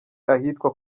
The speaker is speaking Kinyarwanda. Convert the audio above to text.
ahitwa